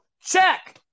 check